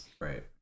Right